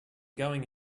going